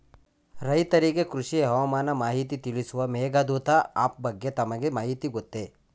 ರೈತರಿಗೆ ಕೃಷಿ ಹವಾಮಾನ ಮಾಹಿತಿ ತಿಳಿಸುವ ಮೇಘದೂತ ಆಪ್ ಬಗ್ಗೆ ತಮಗೆ ಮಾಹಿತಿ ಗೊತ್ತೇ?